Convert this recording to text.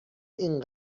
این